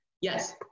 yes